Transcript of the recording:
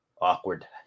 awkward